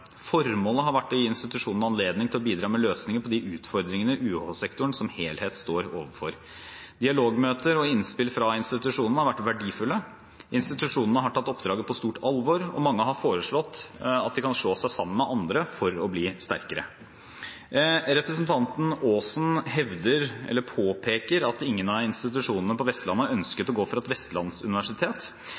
Formålet har vært å gi institusjonene anledning til å bidra med løsninger på de utfordringene UH-sektoren som helhet står overfor. Dialogmøter og innspill fra institusjonene har vært verdifulle. Institusjonene har tatt oppdraget på stort alvor, og mange har foreslått at de kan slå seg sammen med andre for å bli sterkere. Representanten Aasen påpeker at ingen av institusjonene på Vestlandet ønsket å gå for et vestlandsuniversitet,